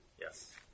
Yes